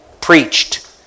preached